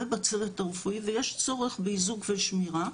ובצוות הרפואי ויש צורך באיזוק ושמירה.